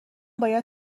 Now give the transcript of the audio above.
باید